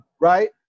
Right